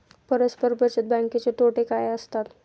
परस्पर बचत बँकेचे तोटे काय असतात?